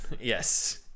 Yes